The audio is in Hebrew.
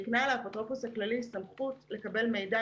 והקנה לאפוטרופוס הכללי סמכות לקבל מידע